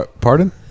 pardon